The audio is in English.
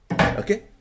okay